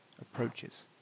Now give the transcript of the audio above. approaches